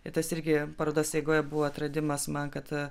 ir tas irgi parodos eigoje buvo atradimas man kad